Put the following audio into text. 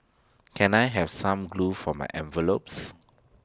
can I have some glue for my envelopes